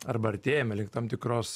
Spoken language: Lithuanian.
arba artėjam link tam tikros